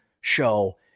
show